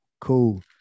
cool